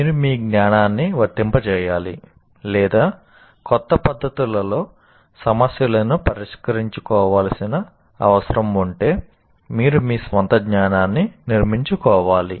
మీరు మీ జ్ఞానాన్ని వర్తింపజేయాలి లేదా కొత్త పరిస్థితులలో సమస్యలను పరిష్కరించుకోవాల్సిన అవసరం ఉంటే మీరు మీ స్వంత జ్ఞానాన్ని నిర్మించుకోవాలి